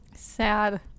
sad